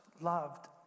loved